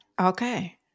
Okay